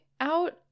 out